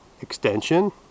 extension